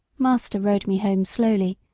master rode me home slowly,